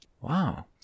wow